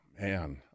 Man